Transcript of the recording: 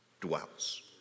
dwells